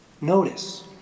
Notice